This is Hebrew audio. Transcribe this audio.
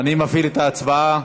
אני מפעיל את ההצבעה.